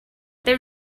there